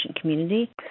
community